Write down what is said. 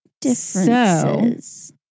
differences